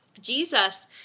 Jesus